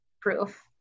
proof